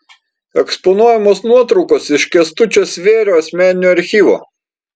eksponuojamos nuotraukos iš kęstučio svėrio asmeninio archyvo